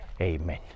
Amen